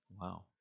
Wow